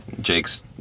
Jake's